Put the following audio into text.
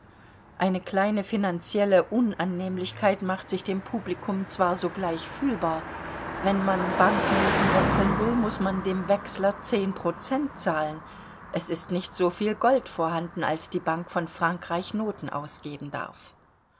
eine kleine finanzielle unannehmlichkeit macht sich dem publikum zwar sogleich fühlbar wenn man banknoten wechseln will muß man dem wechsler zehn prozent zahlen es ist nicht so viel gold vorhanden als die bank von frankreich noten ausgeben darf